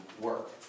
work